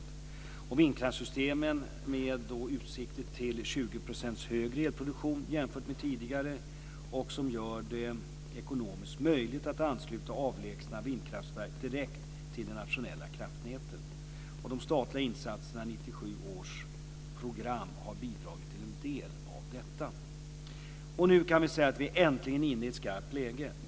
Vi har vindkraftssystem med utsikter till 20 % högre elproduktion jämfört med tidigare som gör det ekonomiskt möjligt att ansluta avlägsna vindkraftverk direkt till de nationella kraftnäten. De statliga insatserna i 1997 års program har bidragit till en del av detta. Nu kan vi säga att vi äntligen är inne i ett skarpt läge.